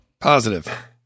Positive